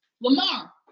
lamar